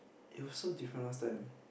it was so different last time